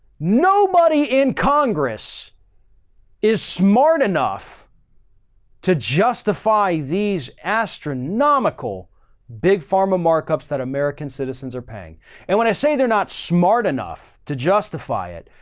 no muddy in congress is smart enough to justify these astronomical big pharma markups that american citizens are paying and when i say they're not smart enough to justify it,